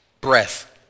breath